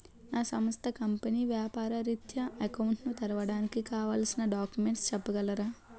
నా సంస్థ కంపెనీ వ్యాపార రిత్య అకౌంట్ ను తెరవడానికి కావాల్సిన డాక్యుమెంట్స్ చెప్పగలరా?